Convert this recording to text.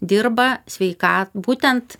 dirba sveika būtent